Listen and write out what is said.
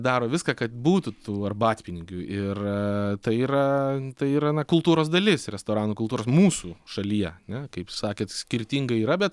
daro viską kad būtų tų arbatpinigių ir tai yra tai yra na kultūros dalis restoranų kultūros mūsų šalyje kaip sakėt skirtingai yra bet